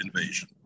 invasion